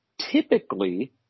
typically